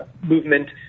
movement